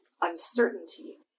uncertainty